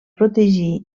protegir